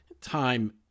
time